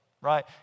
right